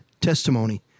testimony